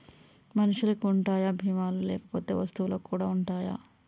మనుషులకి ఉంటాయా బీమా లు లేకపోతే వస్తువులకు కూడా ఉంటయా?